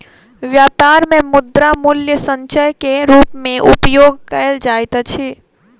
व्यापार मे मुद्रा मूल्य संचय के रूप मे उपयोग कयल जाइत अछि